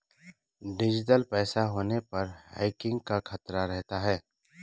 digital पैसा होने पर हैकिंग का खतरा रहता है